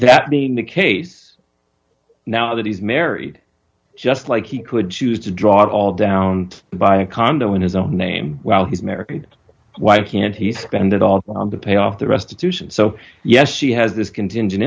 that being the case now that he's married just like he could choose to draw it all down and buy a condo in his own name while he's married why can't he spend it all on the pay off the restitution so yes she has this contingent